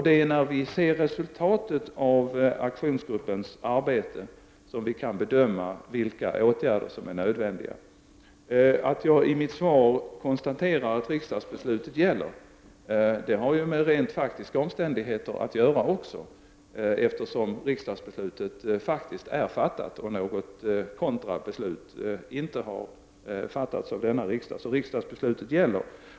Det är när vi ser resultatet av aktionsgruppens arbete som vi kan bedöma vilka åtgärder som är nödvändiga. Att jag i mitt svar konstaterar att riksdagsbeslutet gäller har med rent faktiska omständigheter att göra. Riksdagsbeslutet är fattat, och något kontrabeslut har inte fattats av denna riksdag. Riksdagsbeslutet gäller.